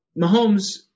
Mahomes